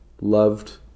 loved